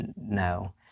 No